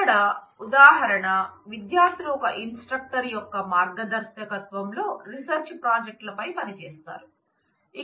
ఇక్కడ ఉదాహరణ విద్యార్థులు ఒక ఇన్స్ట్రక్టర్ యొక్క మార్గదర్శకత్వంలో రీసెర్చ్ ప్రాజెక్ట్ లపై పనిచేస్తారు